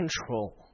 control